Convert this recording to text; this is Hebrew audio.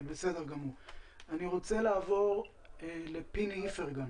אני רוצה לעבור לפיני איפרגן